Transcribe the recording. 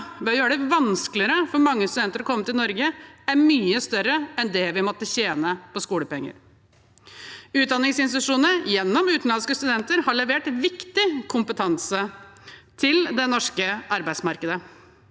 ved å gjøre det vanskeligere for mange studenter å komme til Norge, er mye større enn det vi måtte tjene på skolepenger. Utdanningsinstitusjonene – gjennom utenlandske studenter – har levert viktig kompetanse til det norske arbeidsmarkedet.